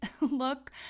look